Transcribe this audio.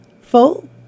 full